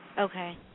Okay